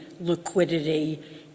liquidity